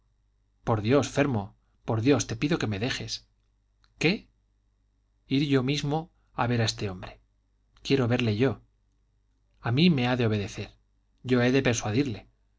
por dios fermo por dios te pido que me dejes qué ir yo mismo ver a ese hombre quiero verle yo a mí me ha de obedecer yo he de persuadirle